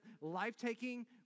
life-taking